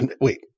wait